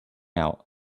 out